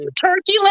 turkey